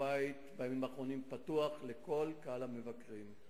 הר-הבית בימים האחרונים פתוח לכל קהל המבקרים.